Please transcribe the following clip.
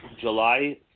July